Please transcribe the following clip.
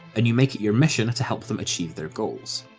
and you make it your mission to help them achieve their goals.